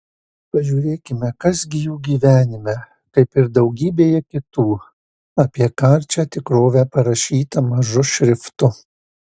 pažiūrėkime kas gi jų gyvenime kaip ir daugybėje kitų apie karčią tikrovę parašyta mažu šriftu